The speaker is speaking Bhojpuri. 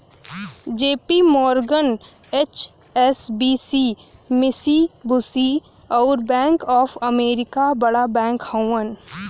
जे.पी मोर्गन, एच.एस.बी.सी, मिशिबुशी, अउर बैंक ऑफ अमरीका बड़ बैंक हउवन